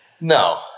No